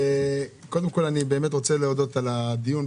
קודם כול, אני רוצה להודות על הדיון.